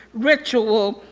ritual.